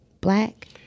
black